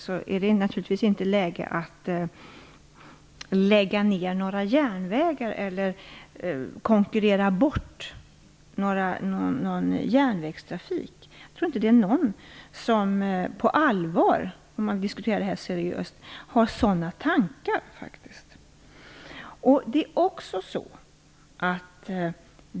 Där är det naturligtvis inte läge att lägga ner några järnvägar eller konkurrera bort någon järnvägstrafik. Jag tror inte att det är någon som på allvar har sådana tankar om man diskuterar det här seriöst.